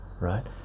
right